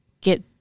get